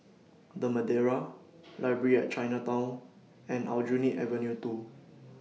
The Madeira Library At Chinatown and Aljunied Avenue two